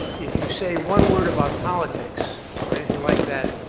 if you say one word about politics or anything like that,